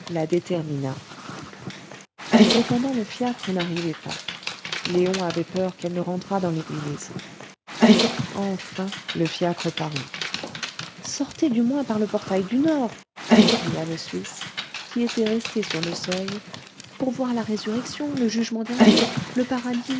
détermina cependant le fiacre n'arrivait pas léon avait peur qu'elle ne rentrât dans l'église enfin le fiacre parut sortez du moins par le portail du nord leur cria le suisse qui était resté sur le seuil pour voir la résurrection le jugement dernier le paradis